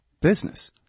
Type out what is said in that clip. business